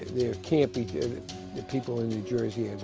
there can't be people in new jersey